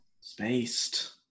Spaced